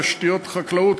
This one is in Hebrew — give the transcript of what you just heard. תשתיות חקלאות,